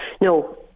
No